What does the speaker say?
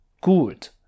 good